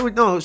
no